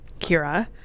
Kira